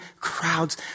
crowds